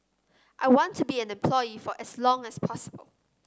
I want to be an employee for as long as possible